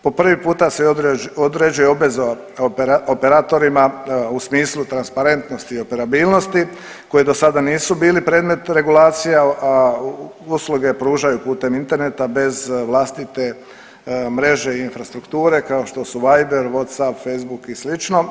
Po prvi puta se određuje obveza operatorima u smislu transparentnosti i operabilnosti koje do sada nisu bili predmet regulacija usluge pružaju putem interneta bez vlastite mreže i infrastrukture, kao što su Viber, Whatsapp, Facebook i slično.